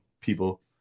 people